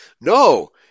No